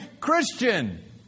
Christian